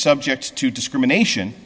subject to discrimination